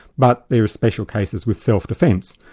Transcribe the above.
but there are special cases with self-defence,